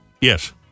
Yes